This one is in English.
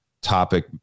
topic